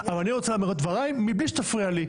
אבל אני רוצה לומר את דבריי מבלי שתפריע לי.